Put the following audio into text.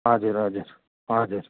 हजुर हजुर हजुर